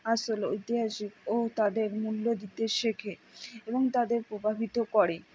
আসল ঐতিহাসিক ও তাদের মূল্য দিতে শেখে এবং তাদের প্রভাবিত করে